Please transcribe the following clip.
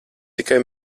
tikai